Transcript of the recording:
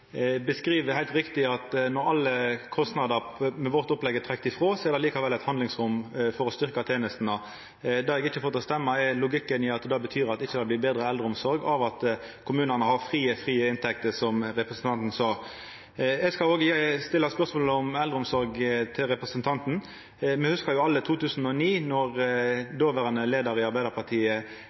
beskriv heilt riktig at når alle kostnader med vårt opplegg er trekte frå, er det likevel eit handlingsrom for å styrkja tenestene. Det eg ikkje får til å stemma, er logikken i at det betyr at det ikkje blir betre eldreomsorg av at kommunane har frie inntekter, som representanten sa. Eg skal òg stilla spørsmål om eldreomsorg til representanten. Me hugsar alle 2009, då dåverande leiar av Arbeidarpartiet